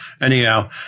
Anyhow